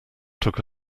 took